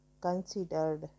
considered